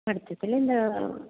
പഠിത്തത്തിലെന്താണ്